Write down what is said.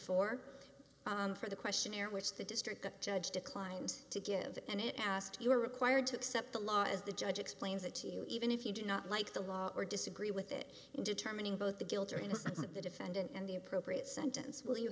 four for the questionnaire which the district judge declined to give and it asked you are required to accept the law as the judge explains it to you even if you do not like the law or disagree with it in determining both the guilt or innocence of the defendant and the appropriate sentence will you